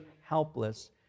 helpless